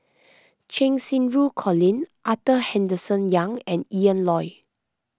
Cheng Xinru Colin Arthur Henderson Young and Ian Loy